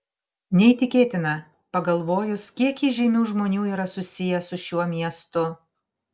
neįtikėtina pagalvojus kiek įžymių žmonių yra susiję su šiuo miestu